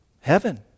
heaven